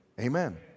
Amen